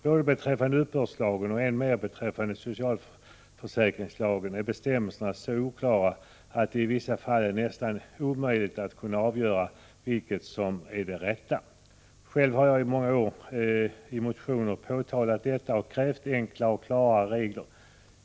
Både beträffande uppbördslagen och än mer beträffande socialförsäkringslagen är bestämmelserna så oklara att det i vissa fall är nästan omöjligt att kunna avgöra vilket som är det rätta. Själv har jag i många år i motioner påtalat detta och krävt enklare och klarare regler.